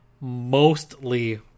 mostly